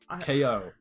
Ko